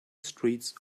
streets